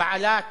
בעלת